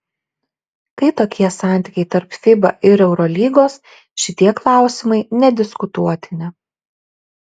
kai tokie santykiai tarp fiba ir eurolygos šitie klausimai nediskutuotini